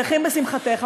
שמחים בשמחתך.